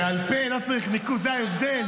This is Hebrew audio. בעל פה לא צריך ניקוד, זה ההבדל.